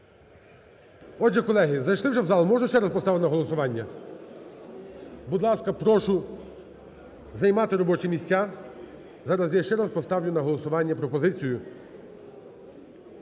Отже, колеги, зайшли вже в зал? Можу ще раз поставити на голосування. Будь ласка, прошу займати робочі місця. Зараз я ще раз поставлю на голосування пропозицію.